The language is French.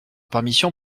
permission